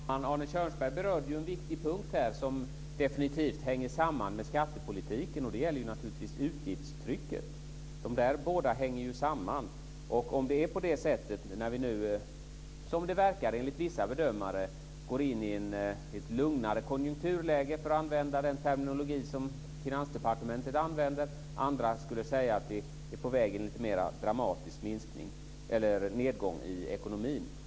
Fru talman! Arne Kjörnsberg berörde en viktig punkt som definitivt hänger samman med skattepolitiken. Det gäller utgiftstrycket. De båda hänger samman. Som det verkar enligt vissa bedömare går vi nu in i ett lugnare konjunkturläge, för att använda den terminologi som Finansdepartementet använder. Andra skulle säga att vi är på väg mot en mer dramatisk nedgång i ekonomin.